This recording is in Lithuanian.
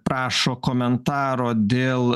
prašo komentaro dėl